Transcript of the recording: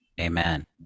amen